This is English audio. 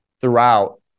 throughout